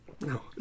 No